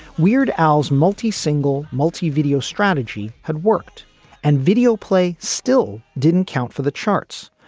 weird al's multi single multi video strategy had worked and video play still didn't count for the charts,